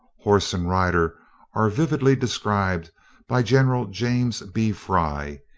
horse and rider are vividly described by general james b. fry,